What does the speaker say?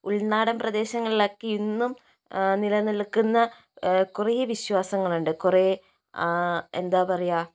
ഉൾനാടൻ പ്രദേശങ്ങളിലൊക്കെ ഇന്നും നിലനിൽക്കുന്ന കുറേ വിശ്വാസങ്ങളുണ്ട് കുറേ എന്താ പറയുക